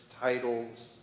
titles